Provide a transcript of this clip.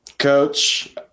Coach